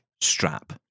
strap